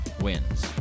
wins